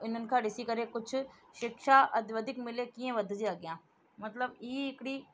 हिननि खां ॾिसी करे कुझु शिक्षा अधवधीक मिले कीअं वधिजे अॻियां मतिलब ई हिकड़ी